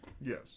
yes